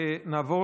נעבור